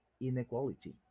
inequality